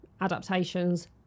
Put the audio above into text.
adaptations